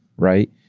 right?